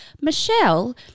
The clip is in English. Michelle